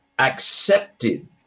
accepted